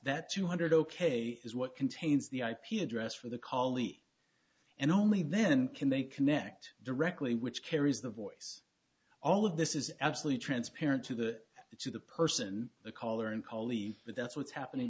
that two hundred ok is what contains the ip address for the collie and only then can they connect directly which carries the voice all of this is absolutely transparent to the to the person the caller in cali but that's what's happening